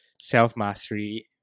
self-mastery